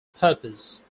purpose